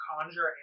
Conjure